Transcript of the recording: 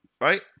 Right